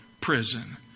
prison